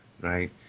right